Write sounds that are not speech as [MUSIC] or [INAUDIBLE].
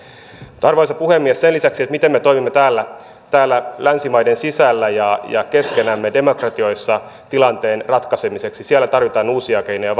mutta arvoisa puhemies sen lisäksi miten me toimimme täällä täällä länsimaiden sisällä ja ja keskenämme demokratioissa tilanteen ratkaisemiseksi siellä tarvitaan uusia keinoja [UNINTELLIGIBLE]